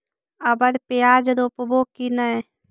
अबर प्याज रोप्बो की नय?